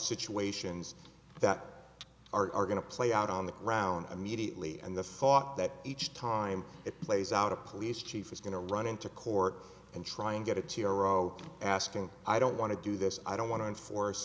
situations that are going to play out on the ground immediately and the thought that each time it plays out a police chief is going to run into court and try and get a tiro asking i don't want to do this i don't want to enforce